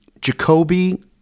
Jacoby